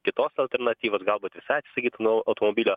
kitos alternatyvos galbūt visai atsisakyt automobilio